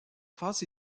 phase